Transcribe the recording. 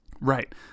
Right